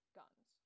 guns